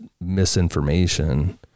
misinformation